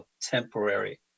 temporary